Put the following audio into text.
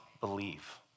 believe